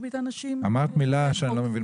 מרבית האנשים הם --- אמרת מילה שאני לא מכיר.